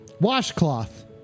Washcloth